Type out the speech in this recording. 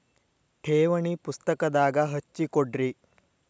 ಠೇವಣಿ ಪುಸ್ತಕದಾಗ ಹಚ್ಚಿ ಕೊಡ್ರಿ